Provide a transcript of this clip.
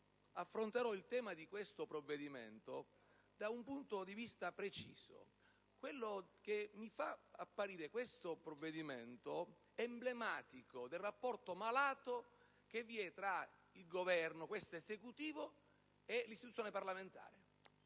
affronterò il tema di questo provvedimento da un punto di vista preciso, quello di un provvedimento emblematico del rapporto malato che vi è tra il Governo - questo Esecutivo - e l'istituzione parlamentare.